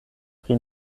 pri